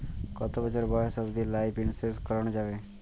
কতো বছর বয়স অব্দি লাইফ ইন্সুরেন্স করানো যাবে?